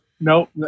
No